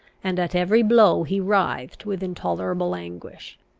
and at every blow he writhed with intolerable anguish.